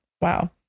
Wow